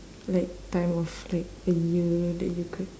like time of like the year that you could